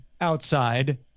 outside